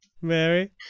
Mary